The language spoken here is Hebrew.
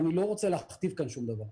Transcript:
ואני לא רוצה להכתיב כאן שום דבר,